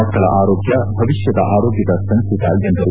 ಮಕ್ಕಳ ಆರೋಗ್ಣ ಭವಿಷ್ಣದ ಆರೋಗ್ಣದ ಸಂಕೇತ ಎಂದರು